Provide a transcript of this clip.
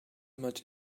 much